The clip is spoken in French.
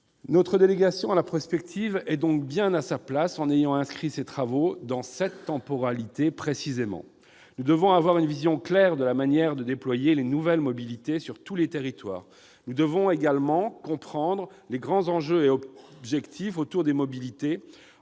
Notre délégation à la prospective est donc bien à sa place en inscrivant précisément ses travaux dans cette temporalité. Nous devons avoir une vision claire de la manière de déployer les nouvelles mobilités dans tous les territoires. Nous devons également comprendre les grands enjeux et les objectifs liés aux mobilités,